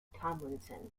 tomlinson